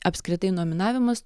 apskritai nominavimas